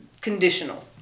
conditional